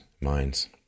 minds